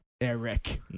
Eric